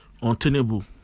untenable